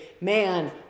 man